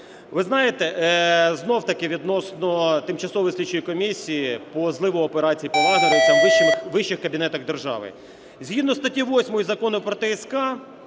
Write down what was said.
Ви знаєте, знов-таки відносно Тимчасової слідчої комісії по зливу операції по "вагнерівцям" у вищих кабінетах держави. Згідно статті 8 Закону про ТСК